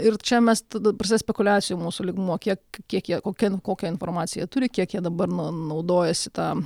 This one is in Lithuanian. ir čia mes tada prasidėjo spekuliacijų mūsų lygmuo kiek kiek jie kokia kokią informaciją turi kiek jie dabar naudojasi ta